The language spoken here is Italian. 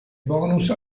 bonus